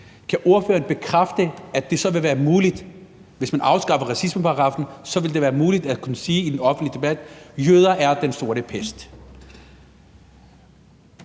Kan ordføreren bekræfte, at det så ville være muligt, hvis man afskaffede racismeparagraffen, at kunne sige i den offentlige debat: Jøder er Den Sorte Død?